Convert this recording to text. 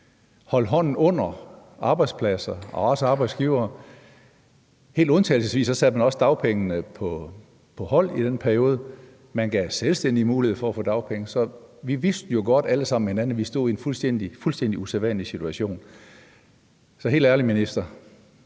holdt hånden under arbejdspladser og arbejdsgivere. Helt undtagelsesvis satte man også dagpengereglerne på hold i den periode, og man gav selvstændige mulighed for at få dagpenge, så vi vidste jo alle sammen godt, at vi stod i en fuldstændig usædvanlig situation. Så helt ærligt, minister,